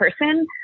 person